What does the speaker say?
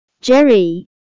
Jerry